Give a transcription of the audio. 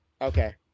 Okay